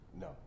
no